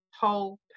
whole